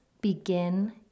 begin